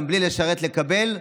וגם בלי לשרת תקבל,